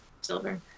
silver